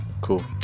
cool